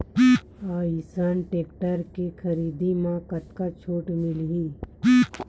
Eicher tractor के खरीदी म कतका छूट मिलही?